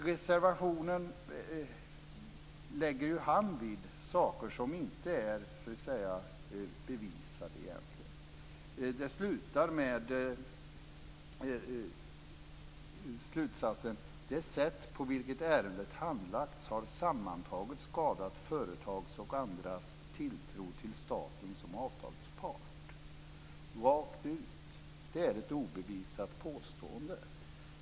Reservationen tar upp saker som inte är bevisade. Den slutar med slutsatsen: "Det sätt på vilket ärendet handlagts har sammantaget skadat företags och andras tilltro till staten som avtalspart." Det sägs rakt ut. Det är ett obevisat påstående.